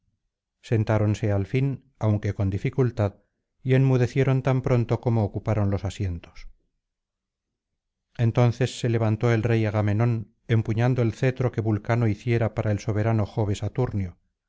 sentáronse al fin aunque con dificultad y enmudecieron tan pronto como ocuparon los asientos entonces se levantó el rey agamenón empuñando el cetro que ulcano hiciera para el soberano jove saturnio